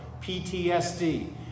PTSD